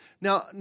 Now